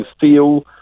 feel